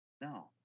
No